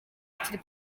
akiri